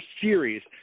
series